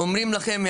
אומרים לכם,